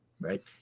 right